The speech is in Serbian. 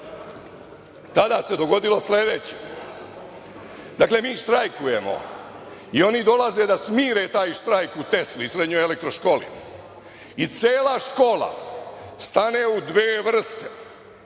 tada se dogodilo sledeće.28/2 BN/MPDakle, mi štrajkujemo i oni dolaze da smire taj štrajk u „Tesli“, srednjoj elektro školi, i cela škola stane u dve vrste